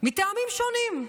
מטעמים שונים,